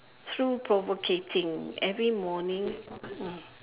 through provocating every morning mm